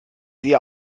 sehe